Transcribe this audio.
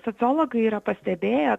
sociologai yra pastebėję